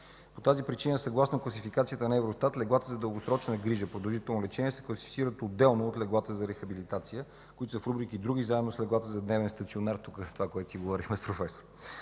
По тази причина съгласно класификацията на Евростат леглата за дългосрочна грижа и продължително лечение се класифицират отделно от леглата за рехабилитация, които са в рубрика „Други” заедно с леглата за дневен стационар – тук е това, за което си говорехме с професора.